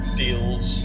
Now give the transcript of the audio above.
deals